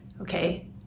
Okay